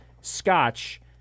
Scotch